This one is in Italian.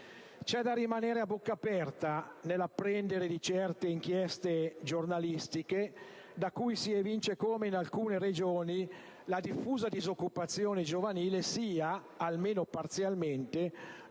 C'è da rimanere a bocca aperta nell'apprendere di certe inchieste giornalistiche da cui si evince come, in alcune Regioni, la diffusa disoccupazione giovanile sia, almeno parzialmente,